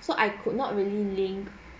so I could not really link